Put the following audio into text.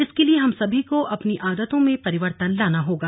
इसके लिए हम सभी को अपनी आदतों में परिवर्तन लाना होगा